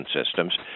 systems